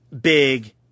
big